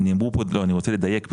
אני רוצה לדייק.